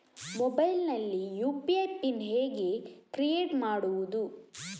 Mobile ನಲ್ಲಿ UPI pin ಹೇಗೆ create ಮಾಡುವುದು?